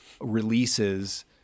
releases